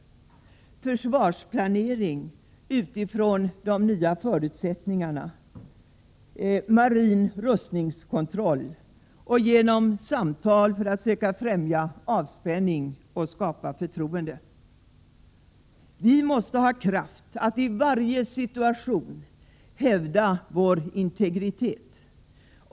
Genom försvarsplanering utifrån de nya förutsättningarna. 5. Genom samtal för att söka främja avspänning och skapa förtroende. Vi måste ha kraft att i varje situation hävda vår integritet.